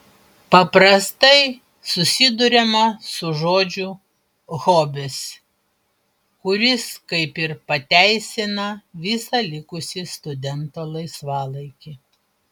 paprastai susiduriama su žodžiu hobis kuris kaip ir pateisina visą likusį studento laisvalaikį